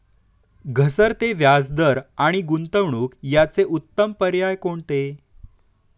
घसरते व्याजदर आणि गुंतवणूक याचे उत्तम पर्याय कोणते?